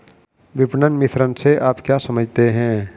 विपणन मिश्रण से आप क्या समझते हैं?